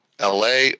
LA